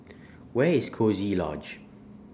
Where IS Coziee Lodge